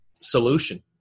solution